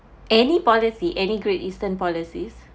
any policy any Great Eastern policies